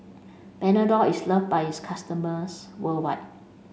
panadol is loved by its customers worldwide